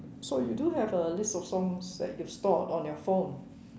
so you do have a list of songs that you stored on your phone